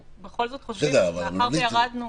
כי יכול להיות שיהיה נזק חלקי, ואז ייגבו מכם.